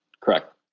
correct